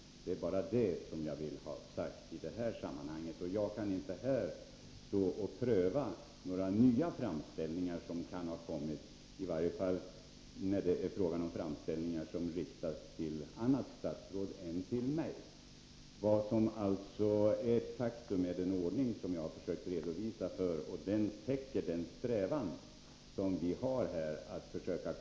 Jag kan inte stå här och pröva några nya framställningar som kan ha gjorts —-i varje fall inte när det gäller framställningar som riktats till annat statsråd än till mig. Faktum är alltså den ordning som jag har försökt redovisa. Den täcker vår strävan att försöka komma fram till en rimlig hantering. Jag förmodar att Kerstin Ekman och jag har samma ambitioner att försöka få rimliga avvägningar mellan olika intressen. Som också Kerstin Ekman vet kan olika intressen understundom riktas mot exakt samma område. Det är då inte alltid helt självklart hur man skall hantera frågorna.